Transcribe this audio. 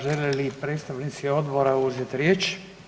Žele li predstavnici odbora uzeti riječ?